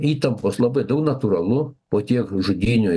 įtampos labai daug natūralu po tiek žudynių